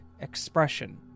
expression